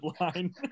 line